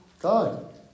God